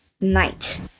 night